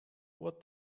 what